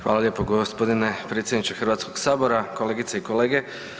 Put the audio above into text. Hvala lijepo gospodine predsjedniče Hrvatskog sabora, kolegice i kolege.